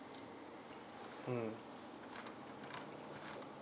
mm